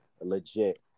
legit